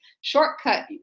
shortcut